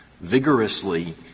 vigorously